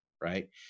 right